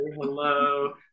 hello